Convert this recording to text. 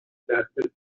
دستش